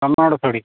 कन्नाडखडी